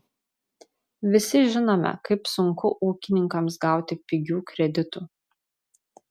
visi žinome kaip sunku ūkininkams gauti pigių kreditų